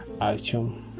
action